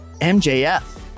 MJF